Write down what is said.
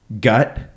gut